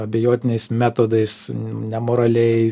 abejotinais metodais nemoraliai